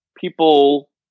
people